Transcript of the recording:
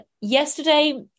yesterday